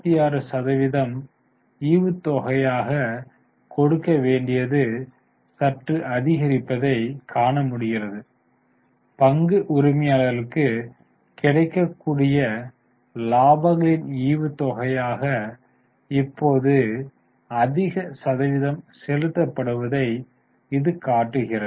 46 சதவிகிதம் ஈவுத்தொகையாக கொடுக்க வேண்டியது சற்று அதிகரிப்பதை காண முடிகிறது பங்கு உரிமையாளர்களுக்கு கிடைக்கக்கூடிய இலாபங்களின் ஈவுத்தொகையாக இப்போது அதிக சதவீதம் செலுத்தப்படுவதைக் இது காட்டுகிறது